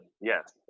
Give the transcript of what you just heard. yes